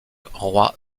roi